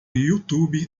youtube